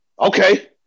Okay